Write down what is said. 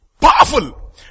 Powerful